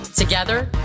Together